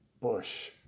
bush